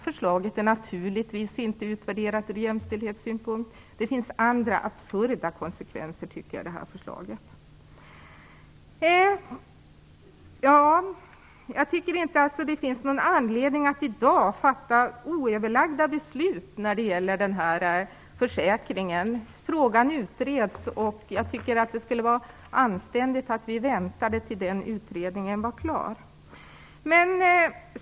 Förslaget är naturligtvis inte utvärderat ur jämställdhetssynpunkt. Det finns också andra absurda konsekvenser av detta förslag. Det finns alltså inte någon anledning att i dag fatta oöverlagda beslut när det gäller den här försäkringen. Frågan utreds, och det skulle vara anständigt att vi väntade tills utredningen var klar.